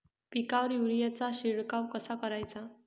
पिकावर युरीया चा शिडकाव कसा कराचा?